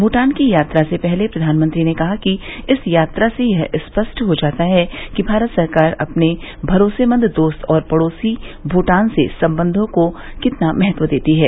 भूटान की यात्रा से पहले प्रधानमंत्री ने कहा है कि इस यात्रा से यह स्पष्ट हो जाता है कि सरकार अपने भरोसेमंद दोस्त और पढ़ोसी भूटान से संबंधों को कितना महत्व देती है